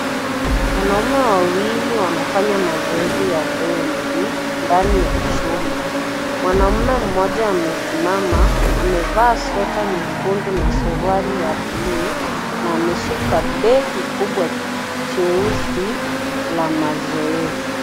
Wanaume wawili wanafanya mazoezi ya ndondi, ndani ya chumba. Mwanamme mmoja amesimama, amevaa sweta nyekundu na suruali ya buluu, na ameshika begi kubwa cheusi la mazoezi.